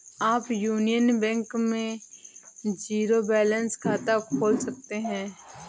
आप union bank में zero balance खाता खोल सकते हैं